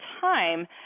time